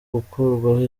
gukurwaho